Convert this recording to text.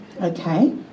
Okay